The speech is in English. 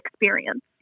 experience